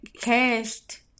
cashed